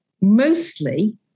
Mostly